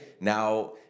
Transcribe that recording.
now